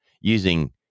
using